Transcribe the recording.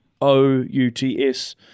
O-U-T-S